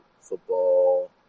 football